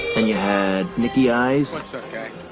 and you had nicky eyes like so